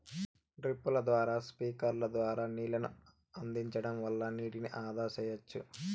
డ్రిప్పుల ద్వారా స్ప్రింక్లర్ల ద్వారా నీళ్ళను అందించడం వల్ల నీటిని ఆదా సెయ్యచ్చు